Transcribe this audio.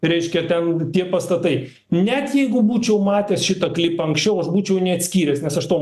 reiškia ten tie pastatai net jeigu būčiau matęs šitą klipą anksčiau aš būčiau neatskyręs nes aš to